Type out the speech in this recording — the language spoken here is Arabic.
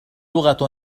لغة